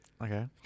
Okay